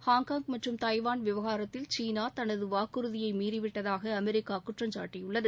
Hong Kong மற்றும் Taiwan விவகாரத்தில் China தனது வாக்குறுதியை மீறிவிட்டதாக அமெரிக்கா குற்றம்சாட்டியுள்ளது